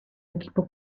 equipo